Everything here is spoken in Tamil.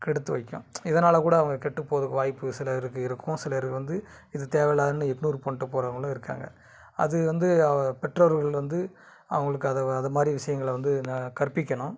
கெடுத்து வைக்கும் இதனால் கூட அவங்க கெட்டு போகிறதுக்கு வாய்பு சிலருக்கு இருக்கும் சிலர் வந்து இது தேவை இல்லாததுன்னு இக்னோர் பண்ணிட்டு போகிறவங்களும் இருக்காங்கள் அது வந்து பெற்றோர்கள் வந்து அவங்களுக்கு அதை அதைமாரி விஷயங்களை வந்து ந கற்பிக்கணும்